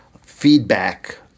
feedback